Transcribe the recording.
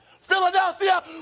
Philadelphia